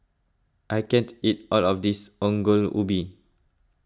I can't eat all of this Ongol Ubi